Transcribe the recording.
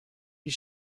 you